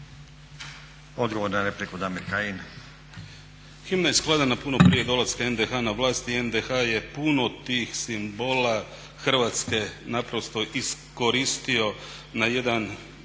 Odgovor na repliku, Damir Kajin.